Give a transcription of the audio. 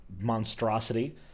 monstrosity